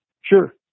Sure